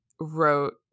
wrote